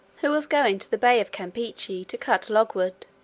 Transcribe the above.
who was going to the bay of campechy to cut logwood.